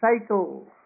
cycle